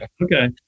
okay